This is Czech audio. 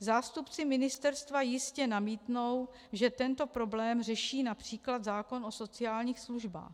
Zástupci ministerstva jistě namítnou, že tento problém řeší například zákon o sociálních službách.